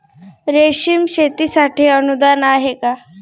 रेशीम शेतीसाठी अनुदान आहे का?